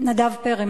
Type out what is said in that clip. נדב פרי.